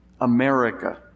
America